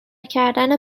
کردن